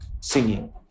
singing